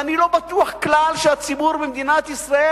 ואני לא בטוח כלל שהציבור במדינת ישראל